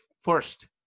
first